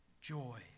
joy